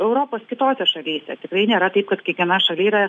europos kitose šalyse tikrai nėra taip kad kiekvienoj šaly yra